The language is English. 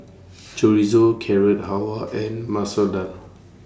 Chorizo Carrot Halwa and Masoor Dal